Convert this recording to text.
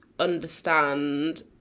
understand